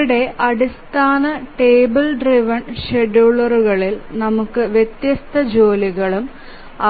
ഇവിടെ അടിസ്ഥാന table driven ഷെഡ്യൂളറിൽ നമുക്ക് വ്യത്യസ്ത ജോലികളും